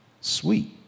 Sweet